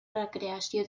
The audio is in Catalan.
recreació